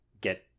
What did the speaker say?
get